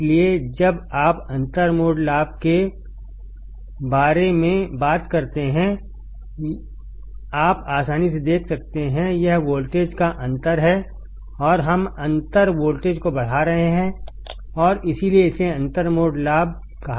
इसलिए जब आप अंतर मोड लाभ के बारे में बात करते हैंआप आसानी से देख सकते हैं यह वोल्टेज का अंतर है और हमअंतर वोल्टेजको बढ़ा रहे हैंऔर इसीलिए इसे अंतर मोड लाभ कहा जाता है